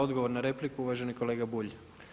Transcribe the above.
Odgovor na repliku uvaženi kolega Bulj.